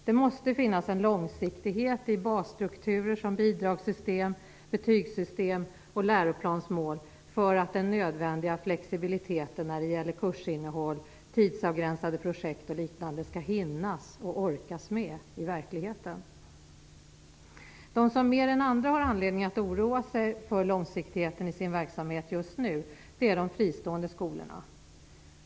Det måste finnas en långsiktighet i basstrukturer som bidragssystem, betygssystem och läroplansmål för att den nödvändiga flexibiliten när det gäller kursinnehåll, tidsavgränsade projekt och liknande skall hinnas och orkas med i verkligheten. De som mer än andra har anledning att oroa sig för långsiktigheten i sin verksamhet just nu är de fristående skolorna.